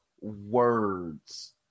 words